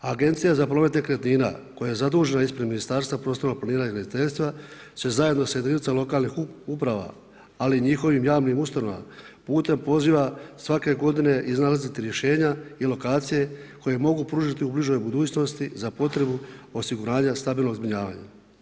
Agencija za promet nekretnina koja je zadužena ispred Ministarstva prostornog planiranja i graditeljstva zajedno sa jedinicama lokalnih uprava, ali i njihovim javnim ustanovama putem poziva svake godine iznalaziti rješenja i lokacije koje mogu pružiti u bližoj budućnosti za potrebu osiguranja stambenog zbrinjavanja.